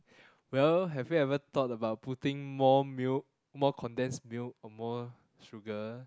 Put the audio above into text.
well have you ever thought about putting more milk more condensed milk or more sugar